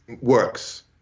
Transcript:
works